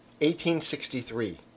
1863